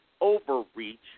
overreach